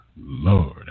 Lord